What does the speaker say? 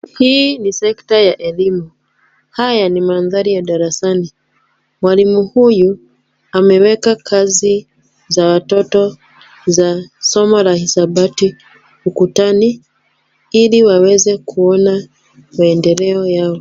Hii ni sekta ya elimu. Haya ni mandhari ya darasani. Mwalimu huyu ameweka kazi za watoto za somo la Hisabati ukutani, ili waweze kuona maendeleo yao.